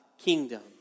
kingdom